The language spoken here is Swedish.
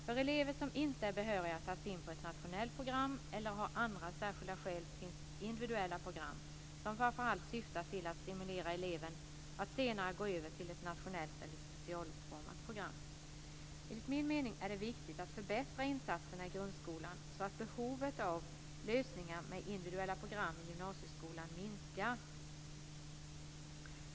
För elever som inte är behöriga att tas in på ett nationellt program eller har andra särskilda skäl finns individuella program som framför allt syftar till att stimulera eleven att senare gå över till ett nationellt eller specialutformat program. Enligt min uppfattning är det viktigt att förbättra insatserna i grundskolan så att behovet av lösningar med individuella program i gymnasieskolan minskar.